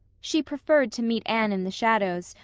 she preferred to meet anne in the shadows,